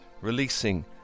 releasing